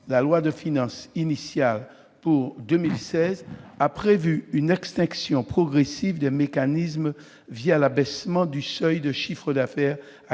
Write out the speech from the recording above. La loi de finances initiale pour 2016 a prévu une extinction progressive de ces mécanismes l'abaissement du seuil de chiffre d'affaires à